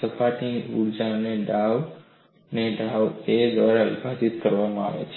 સપાટીની ઊર્જાના ડાઉને ડાઉ a દ્વારા વિભાજીત કરવામાં આવે છે